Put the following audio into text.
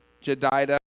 Jedidah